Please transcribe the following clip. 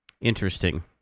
Interesting